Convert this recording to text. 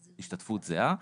השתתפות זהה.